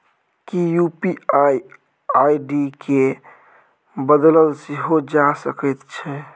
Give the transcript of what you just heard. कि UPI ID केँ बदलल सेहो जा सकैत छै?